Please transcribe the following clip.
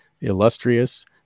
illustrious